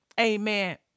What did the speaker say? Amen